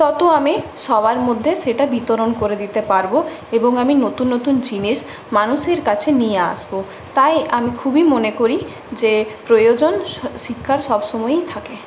তত আমি সবার মধ্যে সেটা বিতরণ করে দিতে পারব এবং আমি নতুন নতুন জিনিস মানুষের কাছে নিয়ে আসব তাই আমি খুবই মনে করি যে প্রয়োজন শিক্ষার সবসময়ই থাকে